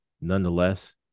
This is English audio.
Nonetheless